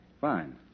Fine